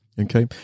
Okay